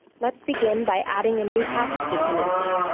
let's begin by adding a new package dependency.